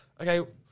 okay